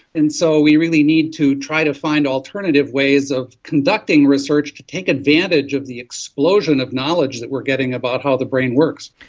and so we really need to try to find alternative ways of conducting research to take advantage of the explosion of knowledge that we're getting about how the brain works.